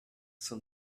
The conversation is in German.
zum